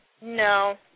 No